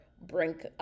bring